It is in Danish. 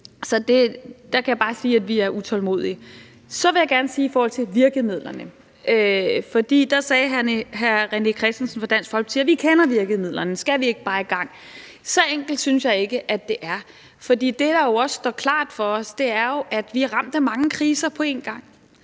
så der kan jeg bare sige, at vi er utålmodige. Så vil jeg gerne sige noget om virkemidlerne. For der sagde hr. René Christensen fra Dansk Folkeparti: Vi kender virkemidlerne – skal vi ikke bare i gang? Så enkelt synes jeg ikke det er, for det, der også står klart for os, er jo, at vi er ramt af mange kriser på en gang.